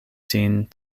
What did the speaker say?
sin